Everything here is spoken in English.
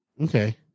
Okay